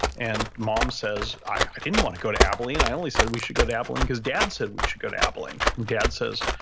and mom says, i didn't want to go to abilene. i only said we should go to abilene, because dad said we should go to abilene. and dad says,